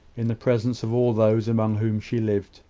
in the presence of all those among whom she lived.